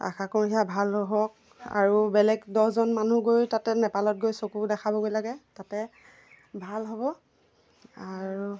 আশা কৰাৰ ভাল হওক আৰু বেলেগ দহজন মানুহ গৈ তাতে নেপালত গৈ চকু দেখাবগৈ লাগে তাতে ভাল হ'ব আৰু